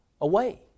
away